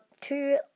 two